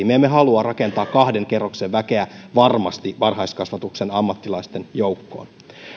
me emme halua rakentaa kahden kerroksen väkeä varmasti varhaiskasvatuksen ammattilaisten joukkoon